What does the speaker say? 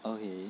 okay